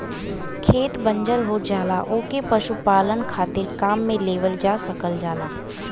खेत बंजर हो जाला ओके पशुपालन खातिर काम में लेवल जा सकल जाला